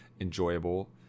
enjoyable